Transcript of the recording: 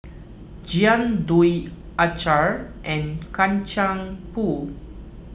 Jian Dui Acar and Kacang Pool